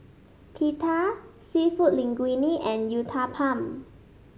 Pita seafood Linguine and Uthapam